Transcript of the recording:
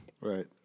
right